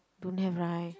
don't have right